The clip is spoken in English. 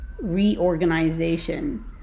reorganization